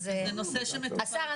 אז השר,